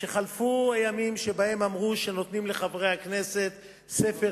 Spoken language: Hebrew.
שחלפו הימים שבהם אמרו שנותנים לחברי הכנסת ספר